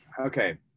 okay